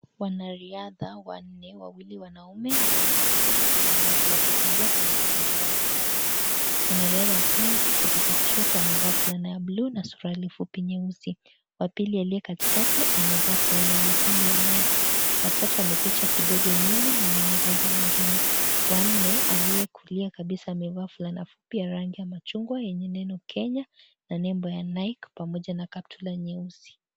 Wanariadha wanne, wawili wanaume na wanawake wawili wakikimbia kwenye uwanja wa riadha. Mwanariadha wa kwanza kutoka kushoto amevaa fulana ya bluu na suruali fupi nyeusi. Wa pili aliye katikati amevaa fulana nyekundu ya nike . Wa tatu ameficha kidogo nyuma na mwanariadha mwingine. wa nne aliyekulia kabisa amevaa fulana fupi ya rangi ya machungwa yenye neno Kenya na nembo ya nike pamoja na kaptura nyeusi.